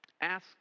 Ask